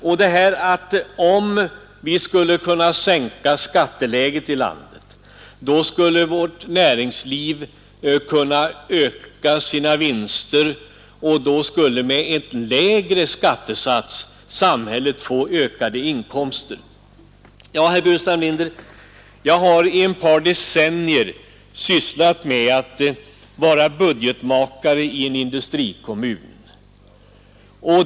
Om vi kunde sänka skatteläget i landet, säger herr Burenstam Linder, skulle vårt näringsliv kunna öka sina vinster och då skulle samhället med en lägre skattesats få ökade inkomster. Ja, herr Burenstam Linder, jag har i ett par decennier sysslat med att vara budgetmakare i en industrikommun.